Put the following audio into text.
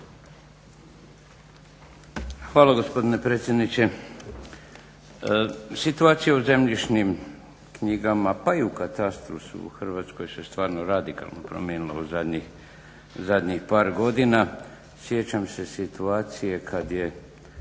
Hvala gospodine predsjedniče. Situacija u zemljišnim knjigama pa i u katastru su u Hrvatskoj se stvarno radikalno promijenila u zadnjih par godina. Sjećam se situacije kad je